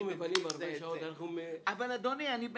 זה כן חשוב.